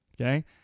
Okay